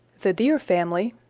the deer family,